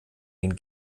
den